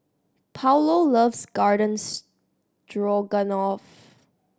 Paulo loves Garden Stroganoff